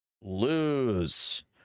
lose